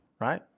right